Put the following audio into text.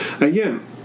Again